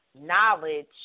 knowledge